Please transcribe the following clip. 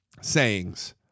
sayings